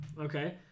Okay